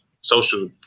social